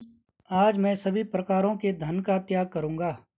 मैं आज सभी प्रकारों के धन का त्याग करूंगा